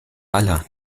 aller